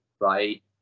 right